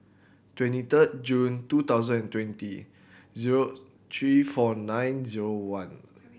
twenty third June two thousand and twenty zero three four nine zero one